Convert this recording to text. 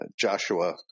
Joshua